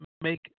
make